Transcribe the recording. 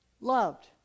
loved